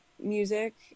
music